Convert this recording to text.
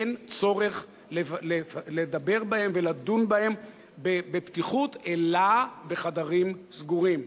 אך אין צורך לדבר בהם ולדון בהם בפתיחות אלא בחדרים סגורים,